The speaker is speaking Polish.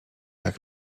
jak